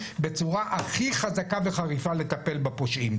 לטפל בצורה הכי חזקה וחריפה בפושעים.